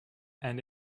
and